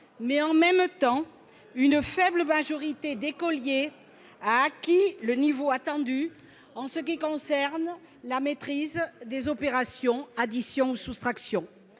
mais, en même temps, une faible majorité d'écoliers a acquis le niveau attendu en ce qui concerne la maîtrise des additions et des soustractions.